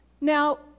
Now